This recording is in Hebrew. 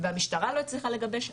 והמשטרה לא הצליחה לגבש,